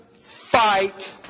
fight